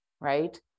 Right